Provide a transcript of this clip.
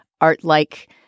art-like